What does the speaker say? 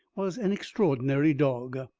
was an extraordinary dog.